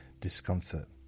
discomfort